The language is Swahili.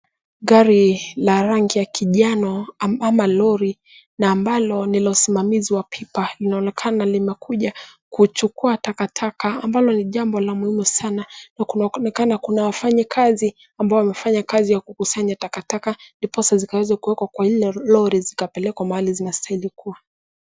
Gari la rangi ya kinjano ama lori na ambalo ni la usimamizi wa pipa, linaonekana limekuja kuchukua takataka ambalo ni jambo la muhimu sana na kunaonekana kuna wafanyikazi ambao wamefanya kazi ya kukusanya takataka diposa zikaweze kuekwa kwa ile lori zikapelekwe mahali zinastahili kuwa.